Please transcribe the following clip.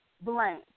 blame